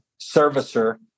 servicer